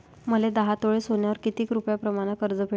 मले दहा तोळे सोन्यावर कितीक रुपया प्रमाण कर्ज भेटन?